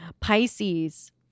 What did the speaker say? Pisces